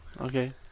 Okay